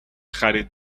خرید